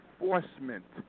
enforcement